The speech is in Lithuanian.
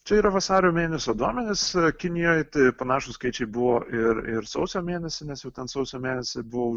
čia yra vasario mėnesio duomenys kinijoj tai panašūs skaičiai buvo ir ir sausio mėnesį nes jau ten sausio mėnesį buvo